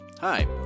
Hi